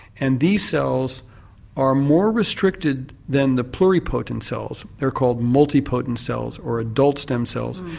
and these cells are more restricted than the pluripotent cells, they are called multipotent cells or adult stem cells,